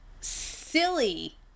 silly